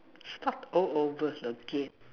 stop all over the K